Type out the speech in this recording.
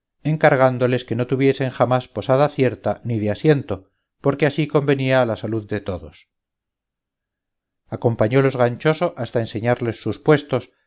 encargándoles que no tuviesen jamás posada cierta ni de asiento porque así convenía a la salud de todos acompañólos ganchoso hasta enseñarles sus puestos